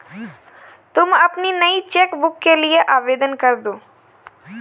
तुम अपनी नई चेक बुक के लिए आवेदन करदो